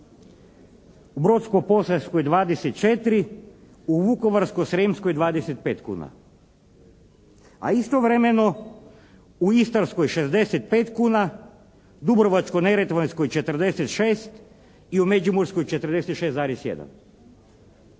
Brodsko-posavskoj 24, u Vukovarsko-srijemskoj 25 kuna. A istovremeno u Istarskoj 65 kuna, Dubrovačko-neretvanskoj 46 i u Međimurskoj 46,1.